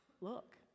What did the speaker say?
look